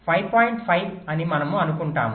5 అని మనము అనుకుంటాము